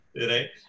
right